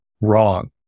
Wrong